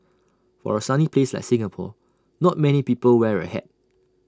for A sunny place like Singapore not many people wear A hat